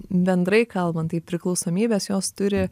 bendrai kalbant tai priklausomybės jos turi